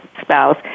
spouse